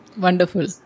wonderful